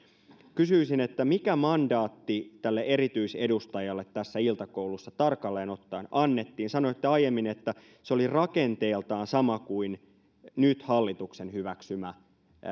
kysyisin mikä mandaatti erityisedustajalle tässä iltakoulussa tarkalleen ottaen annettiin sanoitte aiemmin että se oli rakenteeltaan sama kuin hallituksen nyt hyväksymä